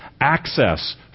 Access